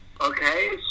okay